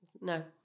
No